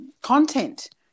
content